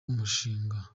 umushinga